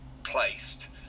placed